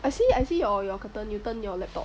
I see I see your your curtain you turn your laptop